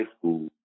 school